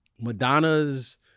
Madonnas